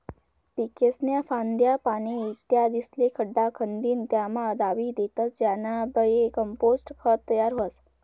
पीकेस्न्या फांद्या, पाने, इत्यादिस्ले खड्डा खंदीन त्यामा दाबी देतस ज्यानाबये कंपोस्ट खत तयार व्हस